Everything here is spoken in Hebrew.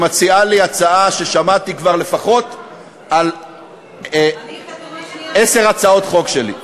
מציעה לי הצעה ששמעתי כבר לפחות על עשר הצעות חוק שלי.